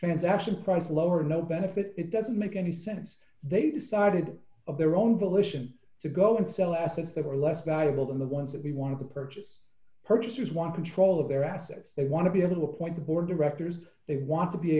transaction price low or no benefit it doesn't make any sense they decided of their own volition to go and sell assets that were less valuable than the ones that we want to purchase purchasers want control of their assets they want to be able to appoint the board directors they want to be